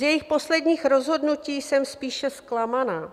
Z jejích posledních rozhodnutí jsem spíše zklamaná.